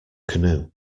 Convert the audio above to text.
canoe